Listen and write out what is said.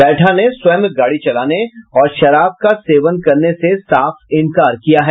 बैठा ने स्वयं गाड़ी चलाने और शराब का सेवन करने से साफ इंकार किया है